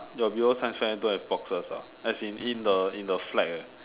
your below science fair don't have boxers ah as in in the in the flag eh